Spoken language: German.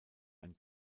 ein